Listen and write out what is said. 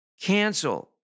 cancel